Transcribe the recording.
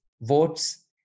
votes